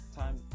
time